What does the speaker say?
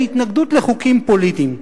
זה התנגדות לחוקים פוליטיים.